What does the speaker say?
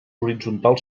horitzontal